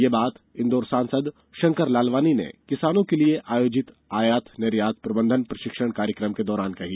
ये बात इंदौर सांसद शंकर लालवानी ने किसानों के लिए आयोजित आयात निर्यात प्रबंधन प्रशिक्षण कार्यक्रम के दौरान कही